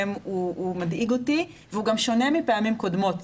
מדאיג אותי והוא גם שונה מפעמים קודמות.